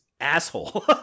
asshole